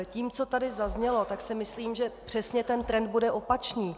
Tím, co tady zaznělo, tak si myslím, že přesně ten trend bude opačný.